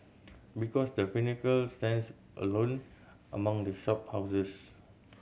because The Pinnacle stands alone among the shop houses